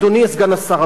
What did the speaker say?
אדוני סגן השר,